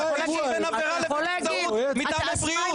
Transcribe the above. -- עבירה מטעמי בריאות.